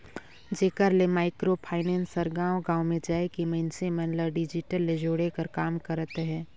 जेकर ले micro finance हर गाँव गाँव में जाए के मइनसे मन ल डिजिटल ले जोड़े कर काम करत अहे